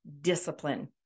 discipline